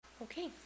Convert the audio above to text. Okay